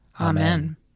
Amen